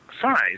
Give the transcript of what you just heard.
size